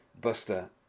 Buster